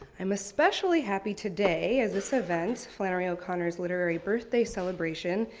i'm especially happy today as this event, flannery o'connor's literary birthday celebration,